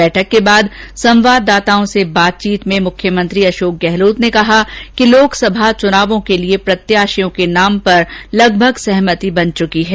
बैठक के बाद संवाददाताओं से बातचीत में मुख्यमंत्री अषोक गहलोत ने कहा कि लोकसभा चुनावों के लिए प्रत्याषियों के नाम पर लगभग सहमति बन चुकी है